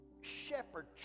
shepherd